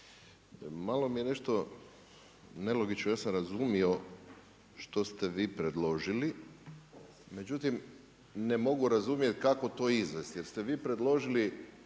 malo mi je nešto nelogično, ja sam razumio što ste vi predložili, međutim ne mogu razumjeti kako to izvesti jer ste vi predložili